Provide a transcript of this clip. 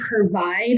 provide